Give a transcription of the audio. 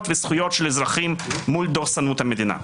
וזכויות של אזרחים מול דורסנות המדינה.